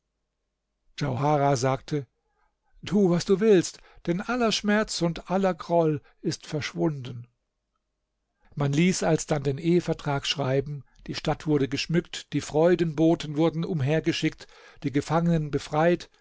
djauharah sagte tu was du willst denn aller schmerz und aller groll ist verschwunden man ließ alsdann den ehevertrag schreiben die stadt wurde geschmückt die freudenboten wurden umhergeschickt die gefangenen befreit